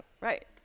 right